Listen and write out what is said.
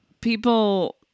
people